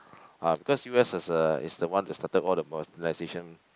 ah because U_S is the is the one that started all the modernization